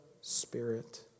spirit